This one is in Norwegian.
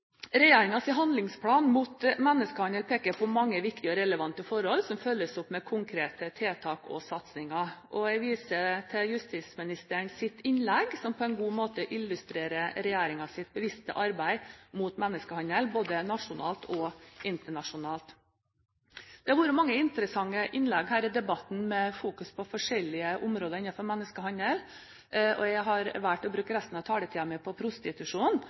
handlingsplan mot menneskehandel peker på mange viktige og relevante forhold, som følges opp med konkrete tiltak og satsinger. Jeg viser til justisministerens innlegg, som på en god måte illustrerer regjeringens bevisste arbeid mot menneskehandel, både nasjonalt og internasjonalt. Det har vært mange interessante innlegg her i debatten, med fokus på forskjellige områder innenfor menneskehandel. Jeg har valgt å bruke resten av taletiden min på